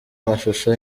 amashusho